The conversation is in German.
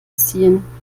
ziehen